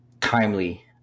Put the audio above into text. timely